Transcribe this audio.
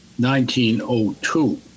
1902